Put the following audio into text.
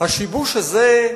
השיבוש הזה,